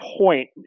point